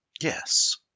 Yes